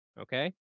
okay